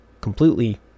Completely